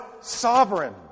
sovereign